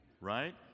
Right